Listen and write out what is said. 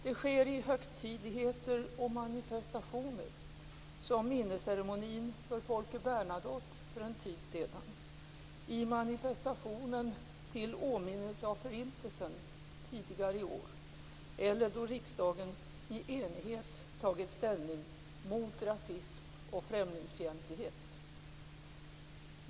Det sker i högtidligheter och manifestationer, som minnesceremonin för Folke Bernadotte för en tid sedan, i manifestationen till åminnelse av Förintelsen tidigare i år eller då riksdagen i enighet tagit ställning mot rasism och främlingsfientlighet.